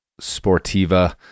Sportiva